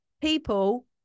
people